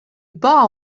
bas